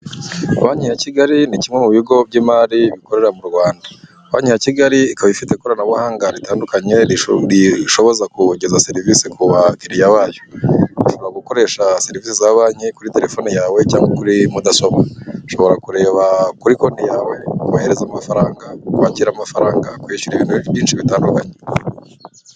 Banki ya Kigali ni kimwe mu bigo by'imari bikorera mu Rwanda. Banki ya Kigali ikaba ifite ikoranabuhanga ritandukanye, rishoboza kogeza serivisi ku bakiriya bayo. Ushobora gukoresha serivisi za banki kuri telefone yawe cyangwa kuri mudasobwa. Ushobora kureba kuri konti yawe, kohereza amafaranga, kwakira amafaranga, kwishyura ibikore byinshi bitandukanye.